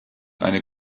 eine